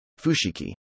Fushiki